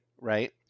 right